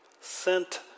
sent